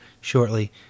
shortly